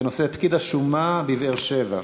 בנושא: פקיד השומה בבאר-שבע.